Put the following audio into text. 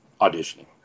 auditioning